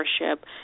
worship